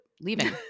leaving